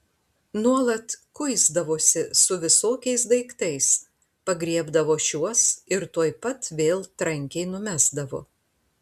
nuolat kuisdavosi su visokiais daiktais pagriebdavo šiuos ir tuoj pat vėl trankiai numesdavo